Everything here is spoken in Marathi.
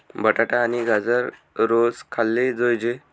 बटाटा आणि गाजर रोज खाल्ले जोयजे